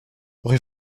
rue